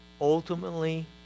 ultimately